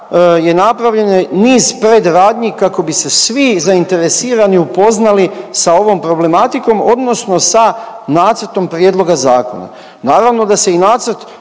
je napravljeno niz predradnji kako bi se svi zainteresirani upoznali sa ovom problematikom odnosno sa nacrtom prijedloga zakona. Naravno da se i nacrt